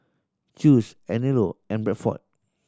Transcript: Chew's Anello and Bradford